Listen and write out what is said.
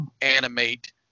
animate